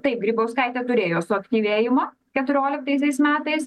tai grybauskaitė turėjo suaktyvėjimą keturioliktaisiais metais